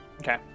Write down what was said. Okay